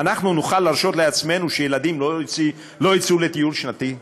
אנחנו נוכל להרשות לעצמנו שילדים לא יצאו לטיול שנתי?